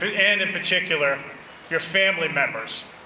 and in particular your family members,